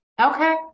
Okay